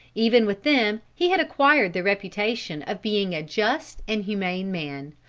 even with them he had acquired the reputation of being a just and humane man,